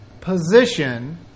position